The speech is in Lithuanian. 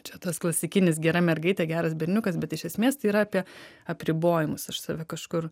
čia tas klasikinis gera mergaitė geras berniukas bet iš esmės tai yra apie apribojimus aš save kažkur